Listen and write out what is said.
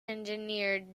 engineer